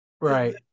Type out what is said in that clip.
Right